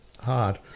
hard